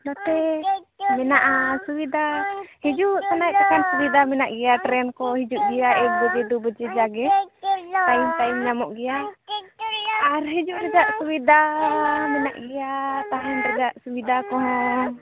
ᱱᱚᱛᱮ ᱢᱮᱱᱟᱜᱼᱟ ᱥᱩᱵᱤᱫᱟ ᱦᱤᱡᱩᱜ ᱥᱮᱱᱚᱜ ᱞᱮᱠᱟᱱ ᱥᱩᱵᱤᱫᱟ ᱢᱮᱱᱟᱜ ᱜᱮᱭᱟ ᱴᱮᱨᱮᱹᱱᱠᱚ ᱦᱤᱡᱩᱜ ᱜᱮᱭᱟ ᱮᱠ ᱵᱟᱡᱮ ᱫᱳᱵᱟᱡᱮ ᱡᱟᱜᱮ ᱴᱟᱭᱤᱢ ᱴᱟᱭᱤᱢ ᱧᱟᱢᱚᱜ ᱜᱮᱭᱟ ᱟᱨ ᱦᱤᱡᱩᱜ ᱨᱮᱭᱟᱜ ᱥᱩᱵᱤᱫᱟ ᱢᱮᱱᱟᱜ ᱜᱮᱭᱟ ᱛᱟᱦᱮᱱ ᱨᱮᱭᱟᱜ ᱥᱩᱵᱤᱫᱟ ᱠᱚᱦᱚᱸ